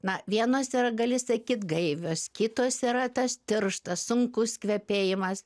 na vienos yra gali sakyt gaivios kitos yra tas tirštas sunkus kvepėjimas